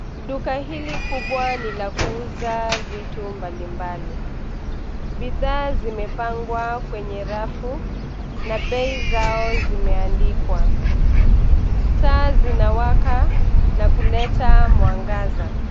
Duka hili kubwa ni la kuuza vitu mbali mbali. Bidhaa zimepangwa kwenye rafu na bei zao zimeandikwa. Taa zinawaka na kuleta mwangaza.